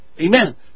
Amen